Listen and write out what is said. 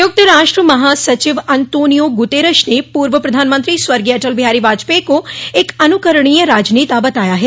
संयुक्त राष्ट्र महासचिव अंतोनियो गुतेरश ने पूर्व प्रधानमंत्री स्वर्गीय अटल बिहारी वाजपेई को एक अनुकरणीय राजनेता बताया है